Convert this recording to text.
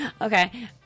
okay